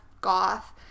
goth